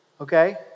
Okay